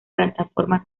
plataforma